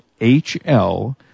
HL